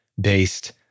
based